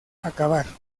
acabar